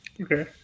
Okay